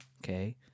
okay